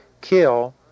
kill